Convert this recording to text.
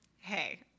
hey